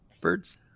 birds